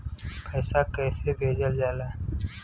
पैसा कैसे भेजल जाला?